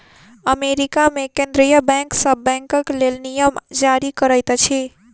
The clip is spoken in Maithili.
अमेरिका मे केंद्रीय बैंक सभ बैंकक लेल नियम जारी करैत अछि